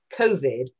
COVID